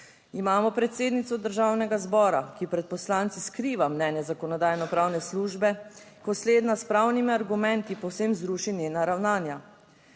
Imamo predsednico Državnega zbora, ki pred poslanci skriva mnenje Zakonodajno-pravne službe, ko slednja s pravnimi argumenti povsem zruši njena ravnanja.